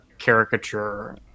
caricature